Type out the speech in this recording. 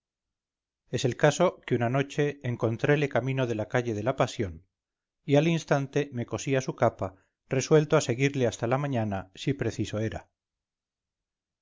es el caso que una noche encontrele camino de la calle de la pasión y al instante me cosí a su capa resuelto a seguirle hasta la mañana si preciso era